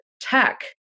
tech